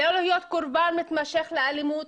לא להיות קורבן מתמשך לאלימות.